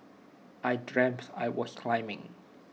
I dreams I was climbing